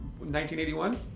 1981